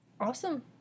Awesome